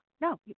No